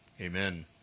Amen